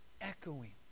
echoing